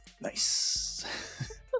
Nice